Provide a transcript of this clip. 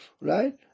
right